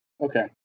Okay